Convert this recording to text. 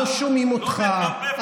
לא שומעים אותך,